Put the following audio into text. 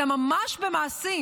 אלא ממש במעשים,